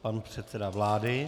Pan předseda vlády.